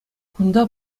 кунта